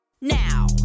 now